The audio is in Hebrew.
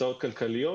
הצעות כלכליות